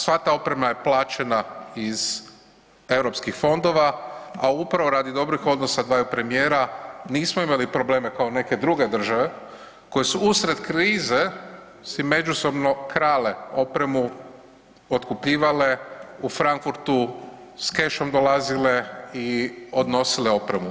Sva ta oprema je plaćena iz EU fondova, a upravo zbog dobrih odnosa dvaju premijera nismo imali probleme kao neke druge države koje su usred krize si međusobno krale opremu, otkupljivale u Frankfurtu s cashom dolazile i odnosile opremu.